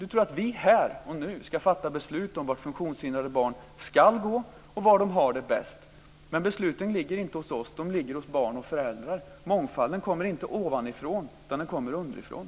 Han tror att vi här och nu ska fatta beslut om var funktionshindrade barn ska gå och var de har det bäst. Men besluten ligger inte hos oss. De ligger hos barn och föräldrar. Mångfalden kommer inte ovanifrån - den kommer underifrån.